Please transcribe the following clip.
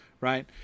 right